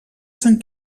sant